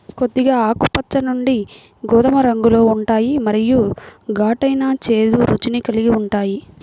కొద్దిగా ఆకుపచ్చ నుండి గోధుమ రంగులో ఉంటాయి మరియు ఘాటైన, చేదు రుచిని కలిగి ఉంటాయి